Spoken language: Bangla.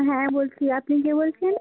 হ্যাঁ বলছি আপনি কে বলছেন